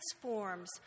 transforms